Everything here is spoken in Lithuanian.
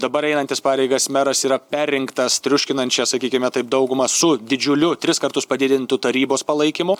dabar einantis pareigas meras yra perrinktas triuškinančia sakykime taip dauguma su didžiuliu tris kartus padidintu tarybos palaikymu